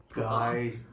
guys